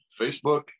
Facebook